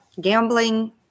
gambling